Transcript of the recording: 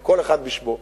כל אחד בשמו,